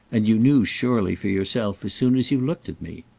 and you knew surely for yourself as soon as you looked at me.